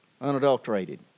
unadulterated